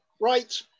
right